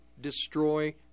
destroy